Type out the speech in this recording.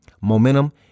Momentum